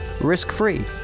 risk-free